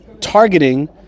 targeting